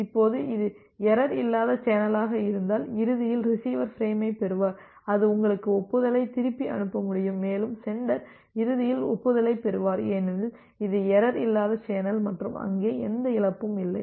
இப்போது இது எரர் இல்லாத சேனலாக இருந்தால் இறுதியில் ரிசிவர் ஃபிரேமைப் பெறுவார் அது உங்களுக்கு ஒப்புதலை திருப்பி அனுப்ப முடியும் மேலும் சென்டர் இறுதியில் ஒப்புதலைப் பெறுவார் ஏனெனில் இது எரர் இல்லாத சேனல் மற்றும் அங்கே எந்த இழப்பும் இல்லை